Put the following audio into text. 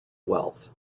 wealth